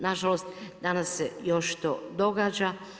Nažalost, danas se još to događa.